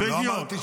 לא אמרתי ששינה.